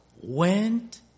went